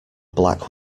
black